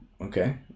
Okay